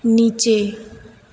નીચે